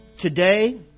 today